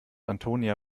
antonia